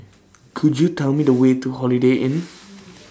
Could YOU Tell Me The Way to Holiday Inn